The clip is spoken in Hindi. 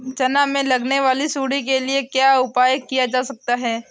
चना में लगने वाली सुंडी के लिए क्या उपाय किया जा सकता है?